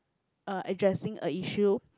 uh addressing a issue